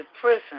prison